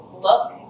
look